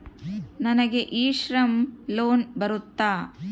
ನನಗೆ e Shram loan ಬರುತ್ತಾ?